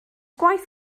gwaith